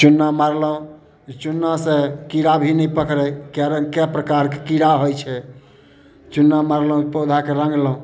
चूना मारलहुँ अइ चूनासँ कीड़ा भी नहि पकड़य कए रङ्ग कए प्रकारके कीड़ा होइ छै चूना मारलहुँ पौधाके रङ्गलहुँ